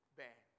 bad